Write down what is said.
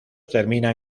terminan